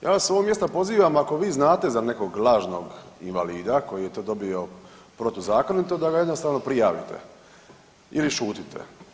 Ja vas s ovog mjesta pozivam ako vi znate za nekog lažnog invalida koji je to dobio protuzakonito da ga jednostavno prijavite ili šutite.